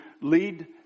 lead